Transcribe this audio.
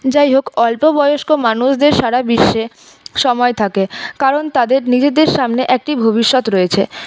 যাই হোক অল্পবয়স্ক মানুষদের সারা বিশ্বে সময় থাকে কারণ তাদের নিজেদের সামনে একটি ভবিষ্যৎ রয়েছে সুতরাং তরুণরা